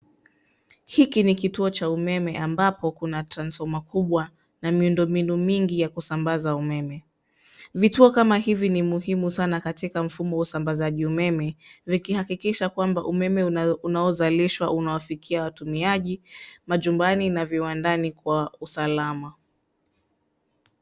Hiki ni kituo cha umeme ambapo kuna transfoma kubwa na miundo mbinu mingi ya kusambaza umeme. Vituo kama hivi ni muhimu sana katika mfumo wa usambazaji umeme vikihakikisha kwamba umeme unaozalishwa unawafikia watumiaji majumbani na viwandani kwa usalama.